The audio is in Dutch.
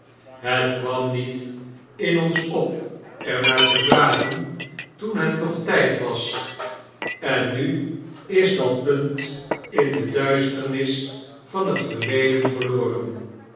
het kwam niet in ons op er naar te vragen toen het nog tyd was en nu is dat punt in de duisternis van het verleden verloren